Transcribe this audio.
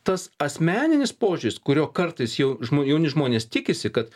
tas asmeninis požiūris kurio kartais jau žmo jauni žmonės tikisi kad